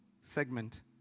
segment